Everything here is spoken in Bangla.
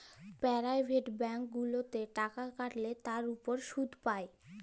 পেরাইভেট ব্যাংক গুলাতে টাকা খাটাল্যে তার উপর শুধ পাই